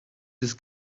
this